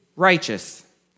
Righteous